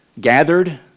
gathered